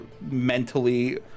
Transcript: mentally